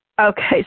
Okay